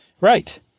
Right